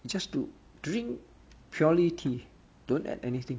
just to drink purely tea don't add anything